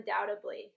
undoubtedly